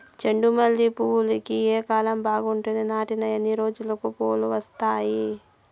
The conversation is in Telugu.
చెండు మల్లె పూలుకి ఏ కాలం బావుంటుంది? నాటిన ఎన్ని రోజులకు పూలు వస్తాయి?